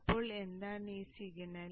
അപ്പോൾ എന്താണ് ആ സിഗ്നൽ